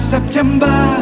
September